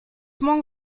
morgen